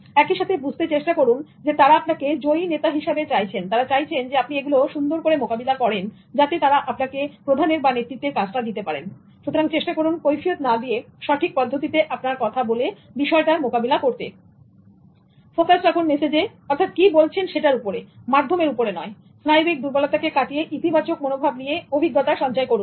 একইসাথে বুঝতে চেষ্টা করুন তারা আপনাকে জয়ী নেতা হিসাবে চাইছেন তারা চাইছেন আপনি এগুলো সুন্দর করে মোকাবিলা করেন যাতে তারা আপনাকে প্রধানের বা নেতৃত্বের কাজটা দিতে পারেন সুতরাং চেষ্টা করুন কৈফিয়ৎ না দিয়ে সঠিক পদ্ধতিতে আপনার কথা বলে বিষয়টার মোকাবিলা করতে ফোকাস রাখুন মেসেজে অর্থাৎ কি বলছেন সেটার উপরে মাধ্যমের উপর নয় স্নায়ুবিক দুর্বলতাকে কাটিয়ে ইতিবাচক মনোভাব নিয়ে অভিজ্ঞতা সঞ্চয় করুন